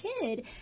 kid